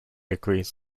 agrees